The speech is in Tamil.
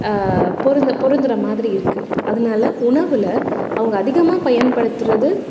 பொருந்த பொருந்துகிற மாதிரி இருக்குது அதனால உணவில் அவங்க அதிகமாக பயன்படுத்துகிறது